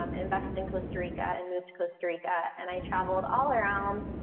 um invest in costa rica and move to costa rica and i traveled all around.